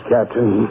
Captain